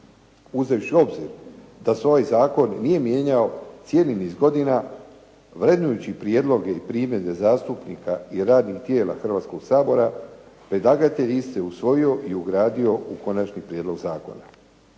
uzevši u obzir da se ovaj zakon nije mijenjao cijeli niz godina, vrednujući prijedloge i primjedbe zastupnika i radnih tijela Hrvatskog sabora predlagatelj liste usvojio i ugradio u konačni prijedlog zakona.